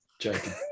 Joking